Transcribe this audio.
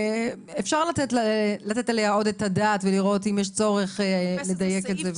אפשר לתת עליה עוד את הדעת ולראות אם יש צורך לדייק את זה.